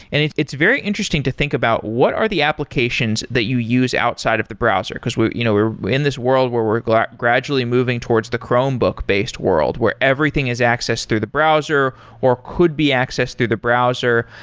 and it's it's very interesting to think about what are the applications that you use outside of the browser, because we're you know we're in this world where we're like gradually moving towards the chromebook-based world, where everything is accessed through the browser, or could be accessed through the browser.